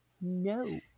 No